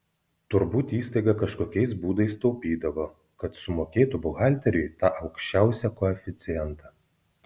turbūt įstaiga kažkokiais būdais taupydavo kad sumokėtų buhalteriui tą aukščiausią koeficientą